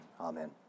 Amen